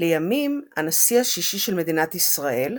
לימים הנשיא השישי של מדינת ישראל,